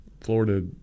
Florida